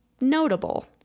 notable